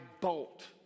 bolt